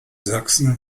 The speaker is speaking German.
sachsen